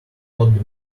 hot